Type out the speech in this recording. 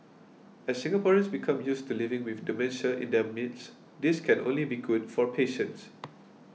as Singaporeans become used to living with dementia in their midst this can only be good for patients